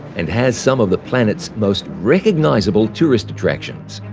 and has some of the planet's most recognizable tourist attractions.